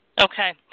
Okay